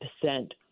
percent